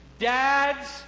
Dads